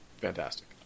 fantastic